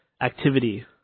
activity